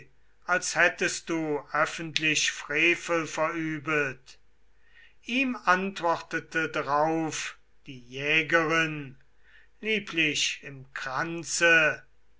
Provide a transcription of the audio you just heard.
als hättest du öffentlich frevel verübet ihm antwortete drauf die jägerin lieblich im kranze